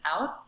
out